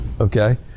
Okay